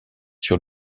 sur